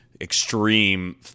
extreme